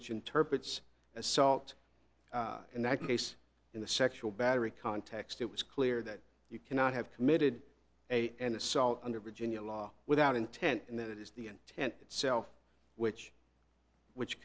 which interprets assault in that case in the sexual battery context it was clear that you cannot have committed a an assault under virginia law without intent and that is the end and itself which which